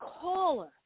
caller